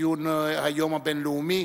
לציון היום הבין-לאומי.